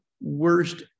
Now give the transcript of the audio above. worst